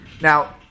Now